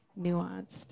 nuanced